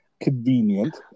Convenient